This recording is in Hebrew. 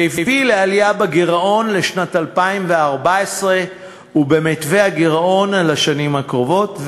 שהביא לעלייה בגירעון לשנת 2014 ובמתווה הגירעון לשנים הקרובות.